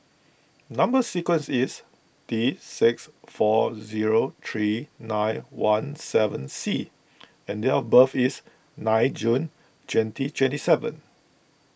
Number Sequence is T six four zero three nine one seven C and date of birth is nine June twenty twenty seven